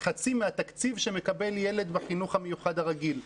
מדובר בחצי מהתקציב שמקבל ילד בחינוך המיוחד הרגיל,